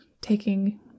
taking